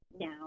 now